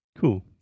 Cool